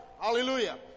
Hallelujah